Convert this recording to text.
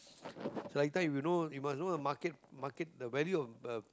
like every time you know must know the market market value of the